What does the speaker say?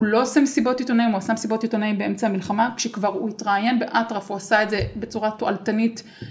הוא לא עושה מסיבות עיתונאים. הוא עשה מסיבות עיתונאים באמצע המלחמה כשכבר הוא התראיין באטרף, הוא עשה את זה בצורה תועלתנית.